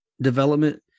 development